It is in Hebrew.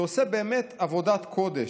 שעושה באמת עבודת קודש.